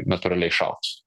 natūraliai išaugs